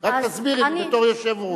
רק תסבירי לי, בתור יושב-ראש.